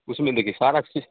उसमें देखिए सारा चीज़